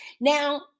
Now